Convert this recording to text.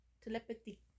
Telepathy